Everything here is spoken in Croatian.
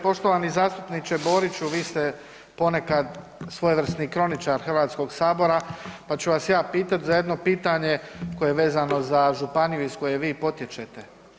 Poštovani zastupniče Boriću vi ste ponekad svojevrsni kroničar Hrvatskog sabora, pa ću vas ja pitati za jedno pitanje koje je vezano za županiju iz koje vi potječete.